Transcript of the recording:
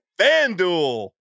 FanDuel